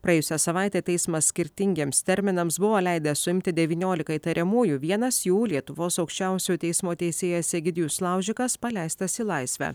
praėjusią savaitę teismas skirtingiems terminams buvo leidęs suimti devynoliką įtariamųjų vienas jų lietuvos aukščiausiojo teismo teisėjas egidijus laužikas paleistas į laisvę